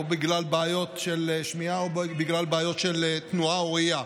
או בגלל בעיות של שמיעה או בגלל בעיות של תנועה או ראייה.